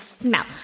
smell